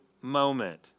moment